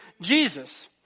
Jesus